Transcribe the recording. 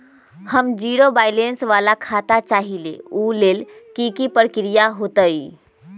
हम zero balance वाला खाता चाहइले वो लेल की की प्रक्रिया होतई?